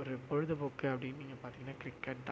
ஒரு பொழுதுபோக்கு அப்படின்னு நீங்கள் பார்த்தீங்கன்னா கிரிக்கெட் தான்